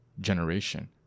generation